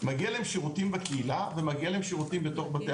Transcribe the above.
מגיע להם שירותים בקהילה ומגיעים להם שירותים בתוך בתי